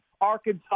Arkansas